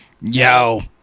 Yo